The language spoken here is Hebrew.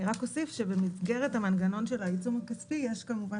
אני אוסיף ואומר שבמסגרת המנגנון של העיצום הכספי יש כמובן